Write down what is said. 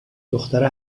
دختره